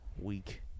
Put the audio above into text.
week